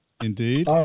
Indeed